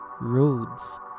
roads